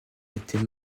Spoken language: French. été